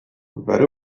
very